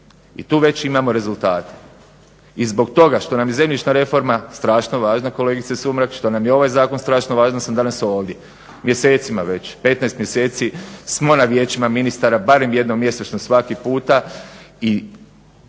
I tu već imamo rezultate. I zbog toga što nam je zemljišna reforma strašno važna kolegice Sumrak, što nam je ovaj zakon strašno važan ja sam danas ovdje. Mjesecima već, 15 mjeseci smo na Vijećima ministara barem jednom mjesečno svaki puta i